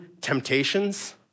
temptations